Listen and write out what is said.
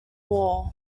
war